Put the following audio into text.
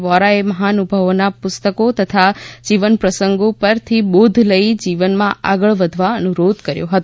વોરાએ મહાનુભાવોના પુસ્તકો તથા જીવનપ્રસંગો પરથી બોધ લઇ જીવનમાં આગળ વધવા અનુરીધ કર્યો હતો